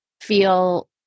feel